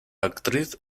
actriz